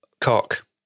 cock